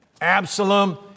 Absalom